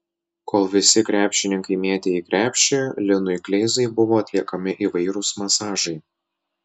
kol visi krepšininkai mėtė į krepšį linui kleizai buvo atliekami įvairūs masažai